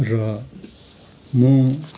र म